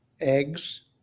eggs